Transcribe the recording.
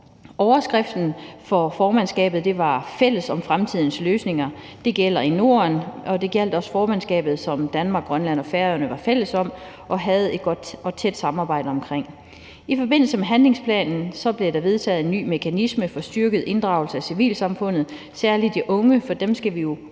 Overskriften for formandskabet var »Fælles om fremtidens løsninger«. Det gælder i Norden, og det gjaldt også formandskabet, som Danmark, Grønland og Færøerne var fælles om og havde et godt og tæt samarbejde omkring. Kl. 13:28 I forbindelse med handlingsplanen blev der vedtaget en ny mekanisme for styrket inddragelse af civilsamfundet og særlig af de unge, for dem skal vi jo